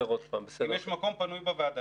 אם יש מקום פנוי בוועדה,